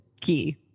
key